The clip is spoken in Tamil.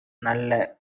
நல்ல